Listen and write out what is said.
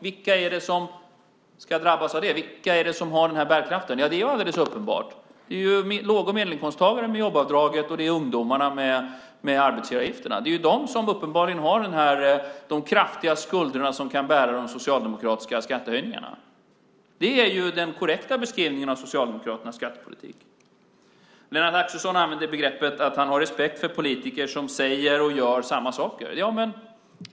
Vilka är det som ska drabbas av det? Vilka är det som har den bärkraften? Det är alldeles uppenbart. Det är låg och medelinkomsttagare med jobbavdraget, och det är ungdomarna med arbetsgivaravgifterna. Det är de som uppenbarligen har de kraftiga skuldrorna som kan bära de socialdemokratiska skattehöjningarna. Det är den korrekta beskrivningen av Socialdemokraternas skattepolitik. Lennart Axelsson använder begreppet att han har respekt för politiker som säger och gör samma saker.